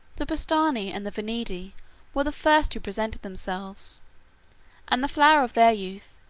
the bastarnae and the venedi were the first who presented themselves and the flower of their youth,